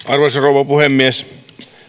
arvoisa rouva puhemies